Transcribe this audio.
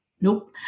nope